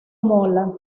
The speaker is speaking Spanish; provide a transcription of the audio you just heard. mola